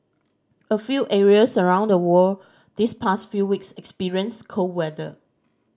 a few areas around the world this past few weeks experienced cold weather